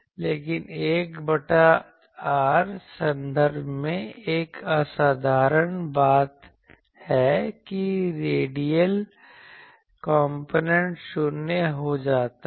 लेकिन 1 बटा r संदर्भ में एक असाधारण बात है कि रेडियल कॉम्पोनेंट शून्य हो जाता है